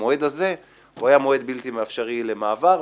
המועד הזה היה מועד בלתי אפשרי למעבר,